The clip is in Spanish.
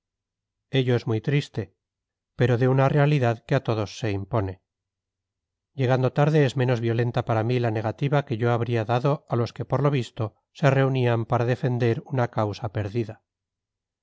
ello es muy triste pero de una realidad que a todos se impone llegando tarde es menos violenta para mí la negativa que yo habría dado a los que por lo visto se reunían para defender una causa perdida